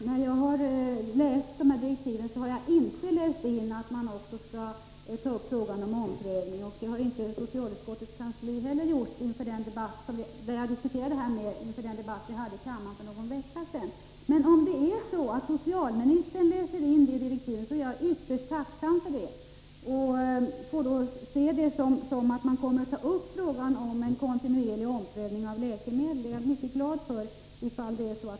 Herr talman! När jag läst direktiven har jag inte läst in i dem att kommittén också skall ta upp frågan om omprövning av läkemedel. Det hade inte heller socialutskottets kansli gjort när vi diskuterade den här frågan inför den debatt som förekom i kammaren för någon vecka sedan. Men om det är så att statsrådet läser in detta i direktiven, så är jag ytterst tacksam och glad för det. Jag får då se detta som att kommittén kommer att ta upp frågan om en kontinuerlig omprövning av läkemedel.